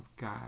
God